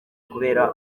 kubera